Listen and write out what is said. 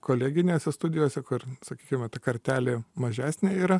koleginėse studijose kur sakykime ta kartelė mažesnė yra